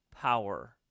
power